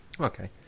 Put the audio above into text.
Okay